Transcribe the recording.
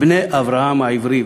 בני אברהם העברי.